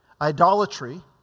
idolatry